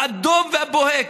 האדום והבוהק,